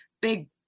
big